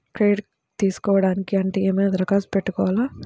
Credit తీసుకోవాలి అంటే ఏమైనా దరఖాస్తు పెట్టుకోవాలా?